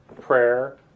prayer